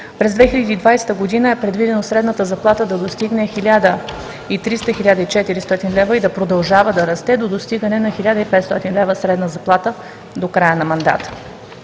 През 2020 г. е предвидено средната заплата да достигне 1300 – 1400 лв., и да продължава да расте до достигане на 1500 лв. средна заплата до края на мандата.